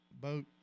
boat